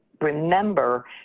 remember